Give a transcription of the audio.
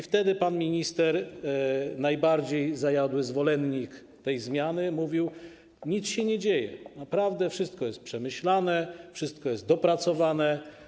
Wedy pan minister, najbardziej zajadły zwolennik tej zmiany, mówił: Nic się nie dzieje, naprawdę wszystko jest przemyślane, wszystko jest dopracowane.